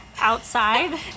outside